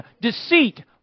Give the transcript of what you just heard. deceit